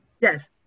yes